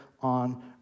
on